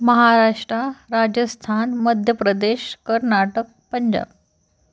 Maharashtra Rajasthan Madhya Pradesh Karnataka Punjab